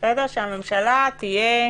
כך שהממשלה תהיה